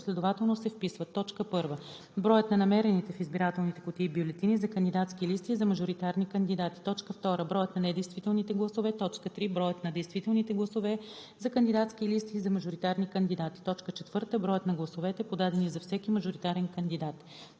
последователно се вписват: 1. броят на намерените в избирателните кутии бюлетини за кандидатски листи и за мажоритарни кандидати; 2. броят на недействителните гласове; 3. броят на действителните гласове за кандидатски листи и за мажоритарни кандидати; 4. броят на гласовете, подадени за всеки мажоритарен кандидат;